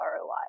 ROI